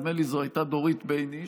נדמה לי שזו הייתה דורית בייניש,